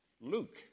Luke